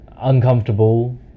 uncomfortable